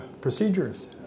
procedures